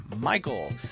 Michael